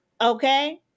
Okay